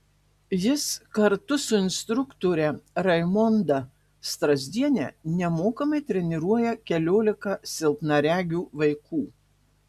jis kartu su instruktore raimonda strazdiene nemokamai treniruoja keliolika silpnaregių vaikų